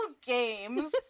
games